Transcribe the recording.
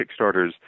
Kickstarters